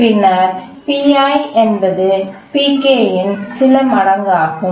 பின்னர் Pi என்பது Pk இன் சில மடங்கு ஆகும்